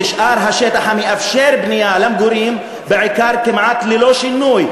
השטח המאפשר בנייה למגורים בעיקר נשאר כמעט ללא שינוי.